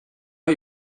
you